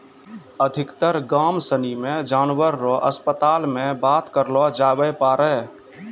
अधिकतर गाम सनी मे जानवर रो अस्पताल मे बात करलो जावै पारै